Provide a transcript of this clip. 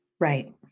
Right